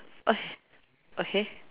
okay okay